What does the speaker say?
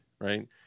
right